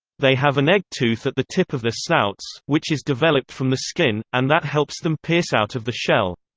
they have an egg-tooth at the tip of their snouts, which is developed from the skin, and that helps them pierce out of the shell.